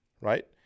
right